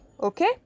Okay